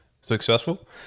successful